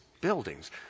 buildings